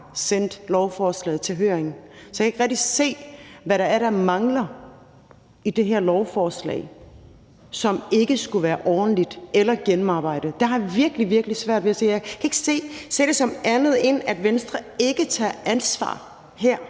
sendt lovforslaget til høring, så jeg kan ikke rigtig se, hvad det er, der mangler i det her lovforslag, altså hvad der ikke skulle være ordentligt eller gennemarbejdet. Det har jeg virkelig, virkelig svært ved at se, og jeg kan ikke se det som andet, end at Venstre ikke tager ansvar her